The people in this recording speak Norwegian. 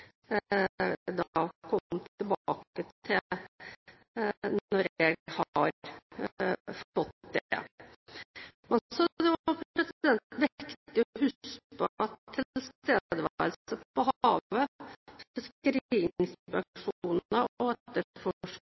da heller ikke forslag til hvordan vi kan gjøre det bedre. Det vil jeg komme tilbake til når jeg har fått det. Det er viktig å huske på at tilstedeværelse på havet, fiskeriinspeksjoner og